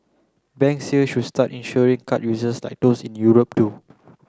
banks here should start insuring card users like those in Europe do